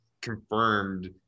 confirmed